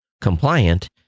compliant